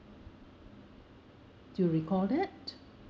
do you recall that